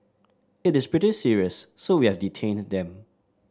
it is pretty serious so we have detained them